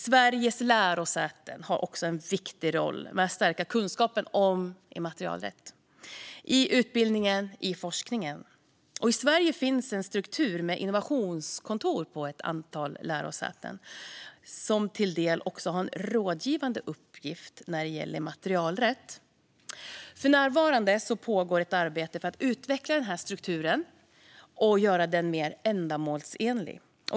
Sveriges lärosäten har också en viktig roll när det gäller att stärka kunskapen om immaterialrätt inom utbildning och forskning. I Sverige finns en struktur med innovationskontor på ett antal lärosäten, som även har en rådgivande uppgift när det gäller immaterialrätt. För närvarande pågår ett arbete för att utveckla denna struktur och göra den mer ändamålsenlig.